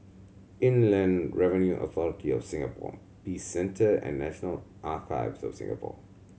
Inland Revenue Authority of Singapore Peace Centre and National Archives of Singapore